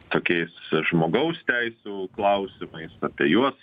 tokiais žmogaus teisių klausimais apie juos